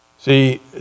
See